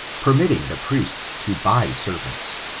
permitting the priests to buy servants